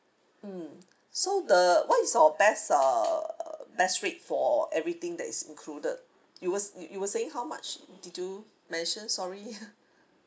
mm so the what is your best uh best rate for everything that is included you were you you were saying how much did you mentioned sorry